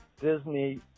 Disney